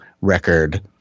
record